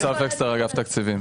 ב-2019;